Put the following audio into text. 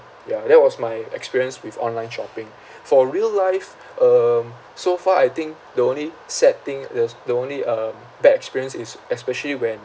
ya that was my experience with online shopping for real life um so far I think the only sad thing there's the only um bad experience is especially when